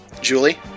Julie